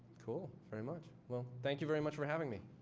cool. very much. well, thank you very much for having me.